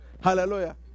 Hallelujah